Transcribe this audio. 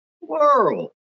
world